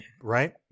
right